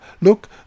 Look